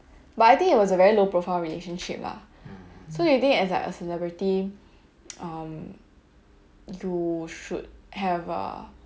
but I think it was a very low profile relationship ah so do you think as like a celebrity um you should have a